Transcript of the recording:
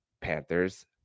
Panthers